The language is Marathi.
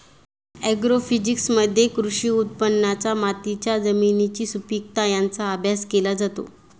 ॲग्रोफिजिक्समध्ये कृषी उत्पादनांचा मातीच्या जमिनीची सुपीकता यांचा अभ्यास केला जातो